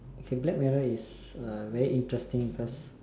it's black mirror is uh very interesting cause